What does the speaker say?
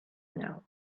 now